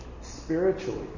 spiritually